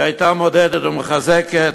היא הייתה מעודדת ומחזקת